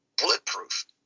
bulletproof